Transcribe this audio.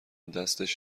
دستش